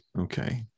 okay